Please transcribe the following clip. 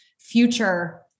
future